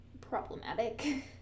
problematic